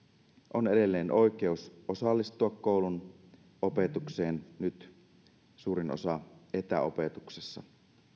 on edelleen oikeus osallistua koulun opetukseen nyt suurin osa etäopetuksessa